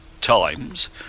times